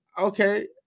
Okay